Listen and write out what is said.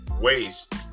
waste